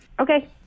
Okay